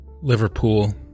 Liverpool